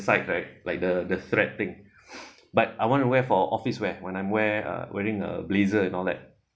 side right like the the thread thing but I want to wear for office wear when I'm wear a wearing a blazer and all that